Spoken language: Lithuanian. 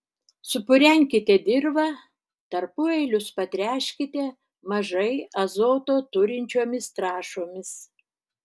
supurenkite dirvą tarpueilius patręškite mažai azoto turinčiomis trąšomis